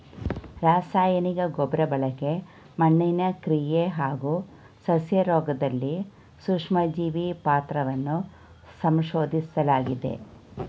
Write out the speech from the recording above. ರಾಸಾಯನಿಕ ಗೊಬ್ರಬಳಕೆ ಮಣ್ಣಿನ ಕ್ರಿಯೆ ಹಾಗೂ ಸಸ್ಯರೋಗ್ದಲ್ಲಿ ಸೂಕ್ಷ್ಮಜೀವಿ ಪಾತ್ರವನ್ನ ಸಂಶೋದಿಸ್ಲಾಗಿದೆ